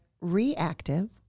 reactive